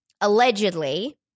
allegedly